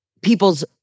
people's